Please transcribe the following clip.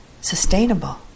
sustainable